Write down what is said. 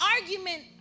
argument